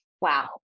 wow